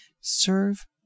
Serve